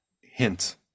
hint